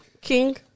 King